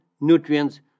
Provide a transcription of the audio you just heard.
nutrients